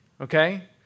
okay